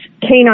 Canine